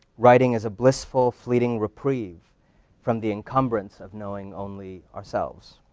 writing is a blissful, fleeting reprieve from the encumbrance of knowing only ourselves.